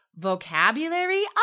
vocabulary